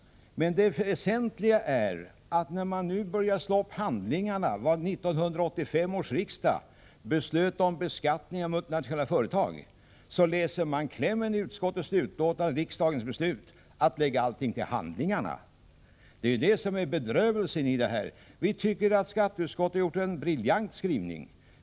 Det väsentliga är att när man en gång läser i protokollet vad 1985 års riksdag beslöt om beskattning av multinationella företag, finner man att det i utskottets kläm står att riksdagen lägger förslaget ”till handlingarna”. Detta är bedrövelsen i det hela. Vi tycker att skatteutskottet har presterat en briljant skrivning.